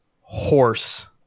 Horse